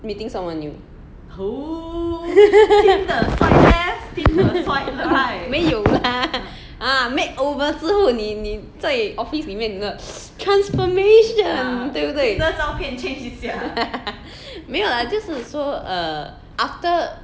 meeting someone new 没有 lah ah makeover 之后你你在 office 里面你的 transformation 对不对 没有啦就是说 err after